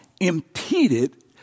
impeded